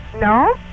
No